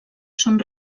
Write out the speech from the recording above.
són